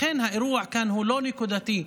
לכן האירוע כאן הוא לא נקודתי,